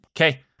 Okay